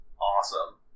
Awesome